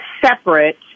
separate